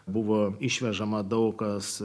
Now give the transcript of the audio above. buvo išvežama daug kas